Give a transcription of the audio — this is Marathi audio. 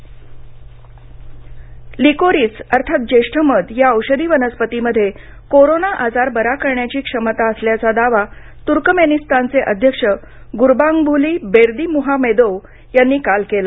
तुर्कमेनिस्तान लिकोराईस लिकोरीस अर्थात ज्येष्ठमध या औषधी वनस्पतीमध्ये कोरोना आजार बरा करण्याची क्षमता असल्याचा दावा तुर्कमेनिस्तानचे अध्यक्ष गुर्बांगुली बेर्दीमुहामेदोव्ह यांनी काल केला